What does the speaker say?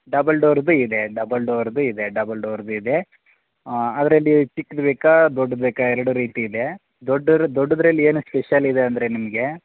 double ಡೋರ್ದು ಇದೆ double ಡೋರ್ದು ಇದೆ ಡಬಲ್ ಡೋರ್ದು ಇದೆ ಅದರಲ್ಲಿ ಚಿಕ್ದು ಬೇಕಾ ದೊಡ್ದು ಬೇಕಾ ಎರಡು ರೀತಿ ಇದೆ ದೊಡ್ಡೋರುದ್ದು ದೊಡ್ಡದ್ರಲ್ಲಿ ಏನು ಸ್ಪೆಷಲ್ ಇದೆ ಅಂದರೆ ನಿಮ್ಗೆ